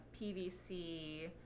pvc